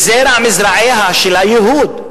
הוא זרע מזרעיו של הייהוד,